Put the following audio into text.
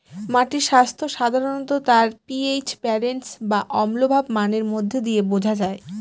মাটির স্বাস্থ্য সাধারনত তার পি.এইচ ব্যালেন্স বা অম্লভাব মানের মধ্যে দিয়ে বোঝা যায়